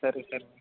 ಸರಿ ಸರ್